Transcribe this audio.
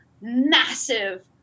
massive